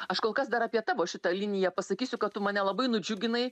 aš kol kas dar apie tavo šitą liniją pasakysiu kad tu mane labai nudžiuginai